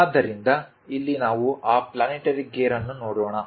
ಆದ್ದರಿಂದ ಇಲ್ಲಿ ನಾವು ಆ ಪ್ಲಾನೆಟರಿ ಗೇರ್ ಅನ್ನು ನೋಡೋಣ